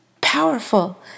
powerful